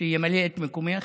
שימלא את מקומך,